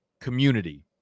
community